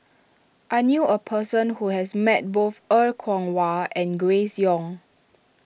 I knew a person who has met both Er Kwong Wah and Grace Young